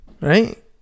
right